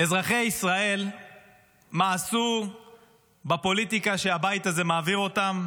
אזרחי ישראל מאסו בפוליטיקה שהבית הזה מעביר אותם.